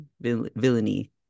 villainy